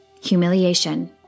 humiliation